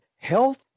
health